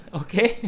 okay